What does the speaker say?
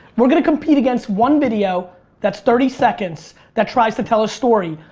we're gonna compete against one video that's thirty seconds that tries to tell a story,